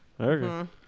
Okay